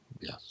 Yes